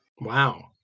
wow